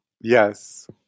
Yes